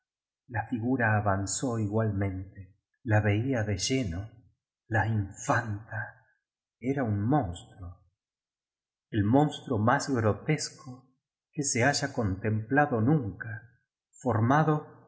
la figu ra avanzó igualmente la veía de lleno la infanta era un monstruo el monstruo más grotesco que se haya contemplado nunca formado